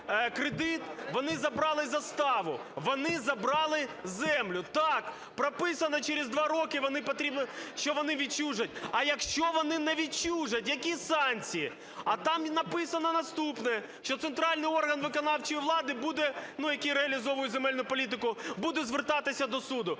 вони забрали заставу, вони забрали землю. Так, прописано, через два роки, що вони відчужать. А якщо вони не відчужать, які санкції? А там написано наступне, що центральний орган виконавчої влади буде, який реалізовує земельну політику, буде звертатися до суду.